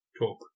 talk